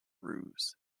ruse